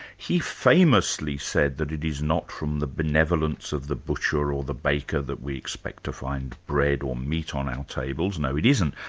he famously said that it is not from the benevolence of the butcher or the baker that we expect to find bread or meat on our tables, no, it isn't,